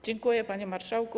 Dziękuję, panie marszałku.